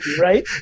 right